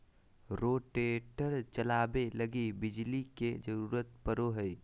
rotator चलावे लगी बिजली के जरूरत पड़ो हय